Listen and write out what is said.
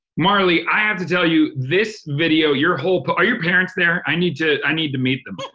marli i have to tell you, this video, your whole. but are your parents there? i need to i need to meet them. but